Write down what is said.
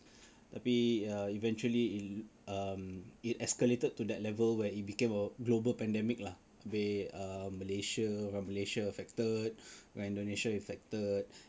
maybe err eventually um it escalated to that level where it became a global pandemic lah habis Malaysia orang Malaysia affected orang Indonesia affected